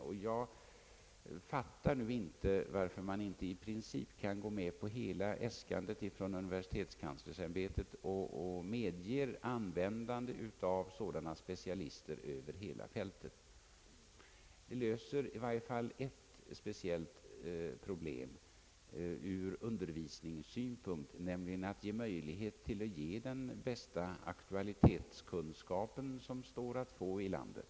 Jag fattar inte varför departementet inte i princip kunnat biträda hela äskandet från universitetskanslersämbetet och medgivit användandet av sådana specialister över hela fältet. Det skulle i varje fall lösa ett speciellt problem ur undervisningssynpunkt, nämligen att ge den bästa aktualitetskunskap som står att få i landet.